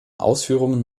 ausführungen